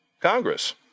Congress